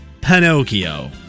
Pinocchio